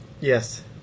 Yes